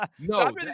no